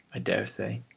i dare say.